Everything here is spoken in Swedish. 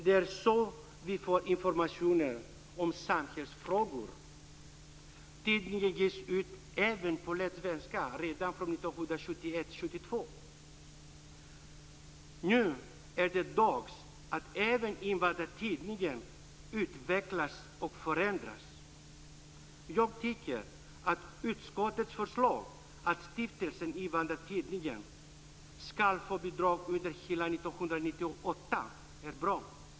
Det är så vi får information om samhällsfrågor. Tidningen ges ut även på lätt svenska sedan 1971-72. Nu är det dags att även Invandrartidningen att utvecklas och förändras. Jag tycker att utskottets förslag att Stiftelsen Invandrartidningen skall få bidrag under hela 1998 är bra.